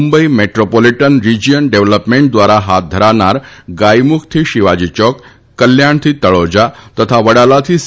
Mumbai metropolitan region development દ્વારા હાથ ધરાનાર ગાયમુખથી શિવાજી યોક કલ્યાણથી તળીજા તથા વડાલાથી સી